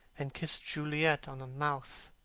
and kissed juliet on the mouth.